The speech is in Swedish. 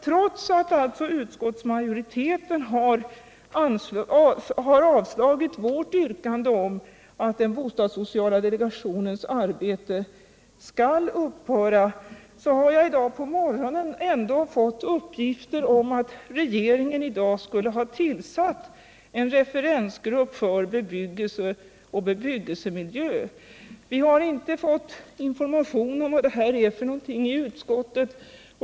Trots att utskottsmajoriteten har avstyrkt vårt yrkande om att den bostadssocizla delegationen skall finnas kvar, så har jag i dag på morgonen ändå fått uppgifter om att regeringen i dag skulle ha tillsatt en referensgrupp för bebyggelse och bebyggelsemiljö. Vi har i utskottet inte fått information om vad detta är för någonting.